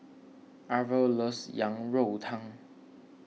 Arvel loves Yang Rou Tang